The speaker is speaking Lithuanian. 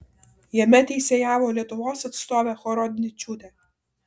jame teisėjavo lietuvos atstovė horodničiūtė